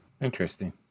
Interesting